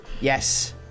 yes